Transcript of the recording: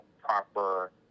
proper